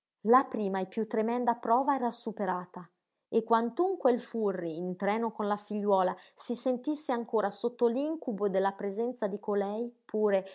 la prima e piú tremenda prova era superata e quantunque il furri in treno con la figliuola si sentisse ancora sotto l'incubo della presenza di colei pure